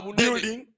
building